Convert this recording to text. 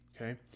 okay